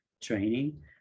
training